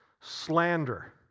slander